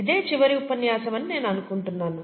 ఇదే చివరి ఉపన్యాసం అని నేను అనుకుంటున్నాను